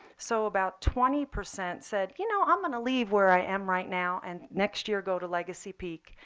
so about twenty percent said, you know i'm going to leave where i am right now and next year go to legacy peak.